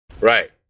Right